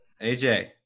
AJ